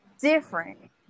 different